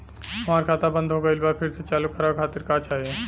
हमार खाता बंद हो गइल बा फिर से चालू करा खातिर का चाही?